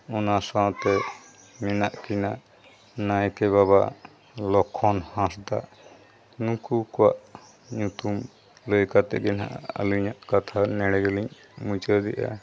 ᱚᱱᱟ ᱥᱟᱶᱛᱮ ᱢᱮᱱᱟᱜ ᱠᱤᱱᱟ ᱱᱟᱭᱠᱮ ᱵᱟᱵᱟ ᱞᱚᱠᱠᱷᱚᱱ ᱦᱟᱸᱥᱫᱟ ᱱᱩᱠᱩ ᱠᱚᱣᱟᱜ ᱧᱩᱛᱩᱢ ᱞᱟᱹᱭ ᱠᱟᱛᱮᱫ ᱜᱮ ᱱᱟᱦᱟᱜ ᱟᱹᱞᱤᱧᱟᱜ ᱠᱟᱛᱷᱟ ᱱᱚᱰᱮ ᱜᱮᱞᱤᱧ ᱢᱩᱪᱟᱹᱫᱮᱜᱼᱟ